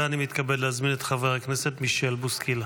ואני מתכבד להזמין את חבר הכנסת מישל בוסקילה,